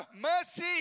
mercy